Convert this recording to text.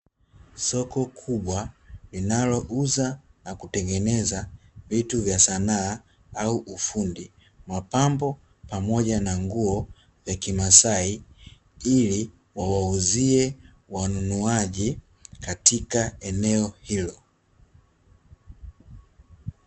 Soko kubwa linalouza na kutengeneza vitu vya sanaa au ufundi, mapambo pamoja na nguo za kimasai ili wawauzie wanunuaji katika eneo hilo.